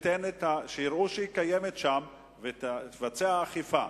שיראו שהיא קיימת שם, והיא תבצע אכיפה?